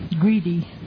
greedy